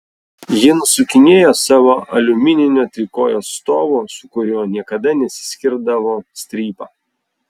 ji nusukinėjo savo aliumininio trikojo stovo su kuriuo niekada nesiskirdavo strypą